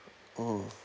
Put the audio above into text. mm